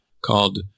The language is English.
called